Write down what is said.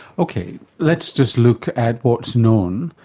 okay, let's just look at what is known.